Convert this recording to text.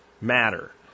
matter